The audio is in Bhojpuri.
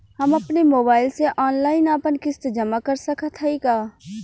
हम अपने मोबाइल से ऑनलाइन आपन किस्त जमा कर सकत हई का?